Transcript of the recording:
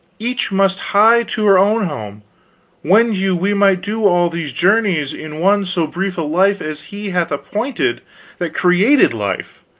each must hie to her own home wend you we might do all these journeys in one so brief life as he hath appointed that created life,